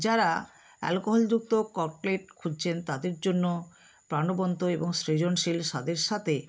যারা অ্যালকোহলযুক্ত ককপ্লেট খুঁজছেন তাদের জন্য প্রাণবন্ত এবং সৃজনশীল স্বাদের সাথে